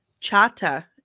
Chata